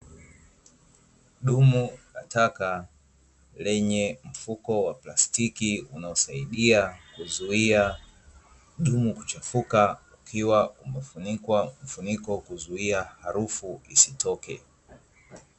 Dumu la taka lenye mfuko wa plastiki unaosaidia kuzuia dumu kuchafuka, likiwa limefunikwa mfuniko kuzuia harufu isitoke.